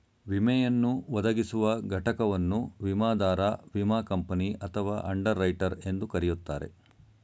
ವಿಮೆಯನ್ನು ಒದಗಿಸುವ ಘಟಕವನ್ನು ವಿಮಾದಾರ ವಿಮಾ ಕಂಪನಿ ಅಥವಾ ಅಂಡರ್ ರೈಟರ್ ಎಂದು ಕರೆಯುತ್ತಾರೆ